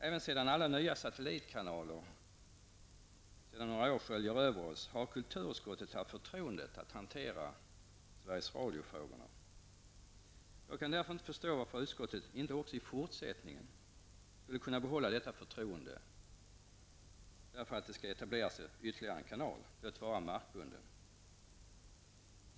Även sedan alla nya satellitkanaler sedan några år sköljer över oss, har kulturutskottet haft förtroendet att hantera Sveriges Radio-frågorna. Jag kan därför inte förstå varför utskottet inte också i fortsättningen skulle kunna få detta förtroende bara därför att det skall etableras ytterligare en kanal, låt vara markbunden.